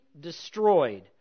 destroyed